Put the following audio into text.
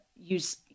use